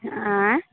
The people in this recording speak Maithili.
आँय